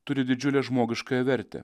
turi didžiulę žmogiškąją vertę